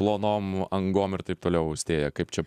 plonom angom ir taip toliau austėja kaip čia